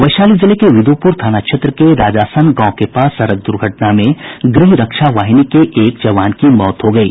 वैशाली जिले के विद्युप्र थाना क्षेत्र के रजासन गांव के पास सड़क दुर्घटना में गृह रक्षा वाहिनी के एक जवान की मौत हो गयी